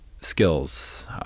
skills